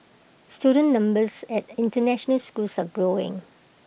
student numbers at International schools are growing